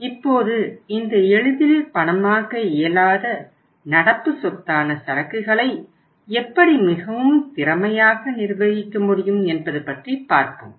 இப்போது இந்த எளிதில் பணமாக்க இயலாத நடப்பு சொத்தான சரக்குகளை எப்படி மிகவும் திறமையாக நிர்வகிக்க முடியும் என்பது பற்றி பார்ப்போம்